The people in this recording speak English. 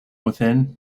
within